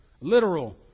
literal